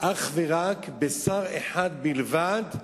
אך ורק בשר אחד בלבד.